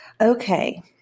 Okay